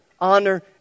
honor